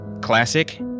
classic